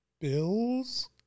Bills –